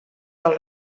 del